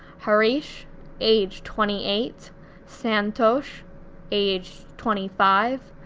harish age twenty eight santosh age twenty five,